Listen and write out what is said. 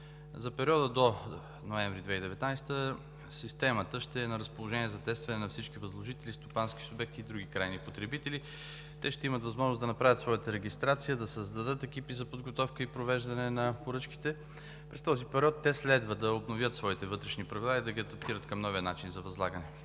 За периода до месец ноември 2019 г. Системата ще е на разположение за тестване на всички възложители, стопански субекти и други крайни потребители. Те ще имат възможност да направят своята регистрация, да създадат екипи за подготовка и провеждане на поръчките. През този период те следва да обновят своите вътрешни правила и да ги адаптират към новия начин за възлагане.